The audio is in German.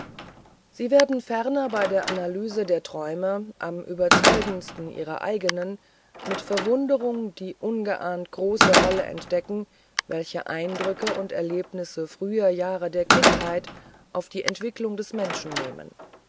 sie werden ferner bei der analyse der träume am überzeugendsten ihrer eigenen mit verwunderung die ungeahnt große rolle entdecken welche eindrücke und erlebnisse früher jahre der kindheit auf die entwicklung des menschen nehmen